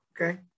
Okay